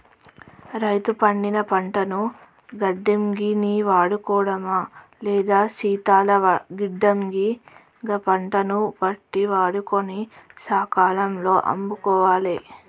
రైతు పండిన పంటను గిడ్డంగి ని వాడుకోడమా లేదా శీతల గిడ్డంగి గ పంటను బట్టి వాడుకొని సకాలం లో అమ్ముకోవాలె